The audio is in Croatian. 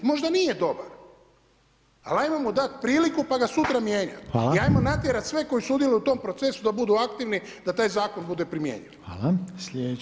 Možda nije dobar, ali hajmo mu dati priliku pa ga sutra mijenjati [[Upadica Reiner: Hvala.]] I hajmo natjerati sve koji sudjeluju u tom procesu da budu aktivni da taj zakon bude primjenjiv.